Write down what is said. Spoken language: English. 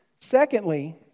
Secondly